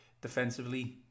defensively